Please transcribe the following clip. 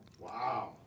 Wow